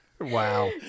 wow